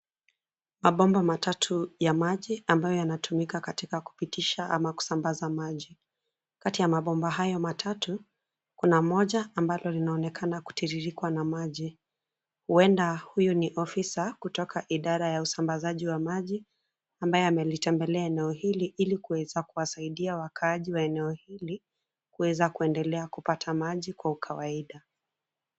Mabomba matatu ya maji ambayo yanatumika katika kupitisha ama kusambaza maji. Kati ya mabomba hayo matatu, kuna moja ambalo linaonekana kutiririkwa na maji. Huenda huyu ni ofisa kutoka idara ya usambazaji wa maji, ambaye amelitembelea eneo hili ili kuweza kuwasaidia wakaaji wa eneo hili, kuweza kuendelea kupata maji kwa ukawaida.